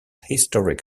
historic